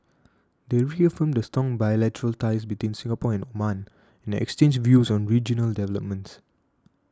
they reaffirmed the strong bilateral ties between Singapore and Oman and exchanged views on regional developments